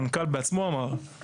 המנכ"ל בעצמו אמר,